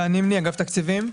גל נימני, אגף התקציבים.